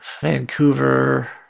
Vancouver